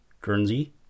Guernsey